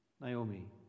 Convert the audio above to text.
Naomi